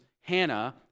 Hannah